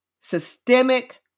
systemic